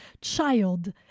child